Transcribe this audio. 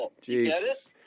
Jesus